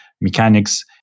mechanics